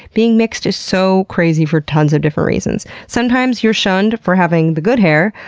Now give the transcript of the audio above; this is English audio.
being mixed is so crazy for tons of different reasons. sometimes you're shunned for having the good hair,